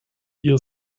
ihr